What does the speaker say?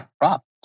props